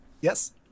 Yes